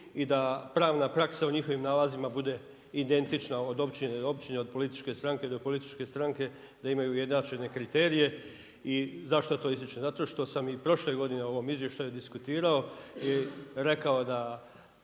i da pravna praksa u njihovim nalazima bude identična od općine do općine, od političke stranke do političke stranke, da imaju ujednačene kriterije. I zašto to ističem? Zato što sam i prošle godine u ovom izvještaju diskutirao i rekao da